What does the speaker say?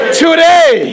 today